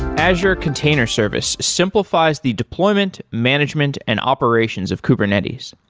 azure container service simplifies the deployment, management and operations of kubernetes.